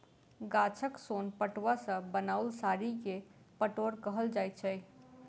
गाछक सोन पटुआ सॅ बनाओल साड़ी के पटोर कहल जाइत छै